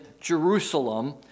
Jerusalem